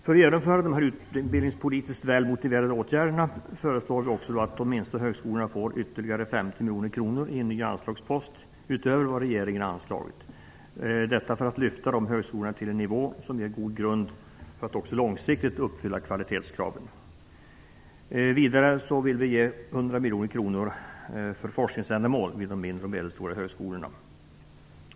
För att genomföra dessa utbildningspolitiskt väl motiverade åtgärder föreslår vi också att de minsta högskolorna skall få ytterligare 50 miljoner kronor i en ny anslagspost, utöver vad regeringen har anslagit - detta för att lyfta de här högskolorna till en nivå som ger god grund för att också långsiktigt uppfylla kvalitetskraven. Vidare vill vi anslå 100 miljoner kronor till forskningsändamål beträffande de mindre och medelstora högskolorna.